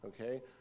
Okay